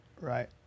Right